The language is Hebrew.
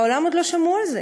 בעולם עוד לא שמעו על זה.